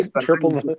triple